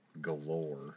galore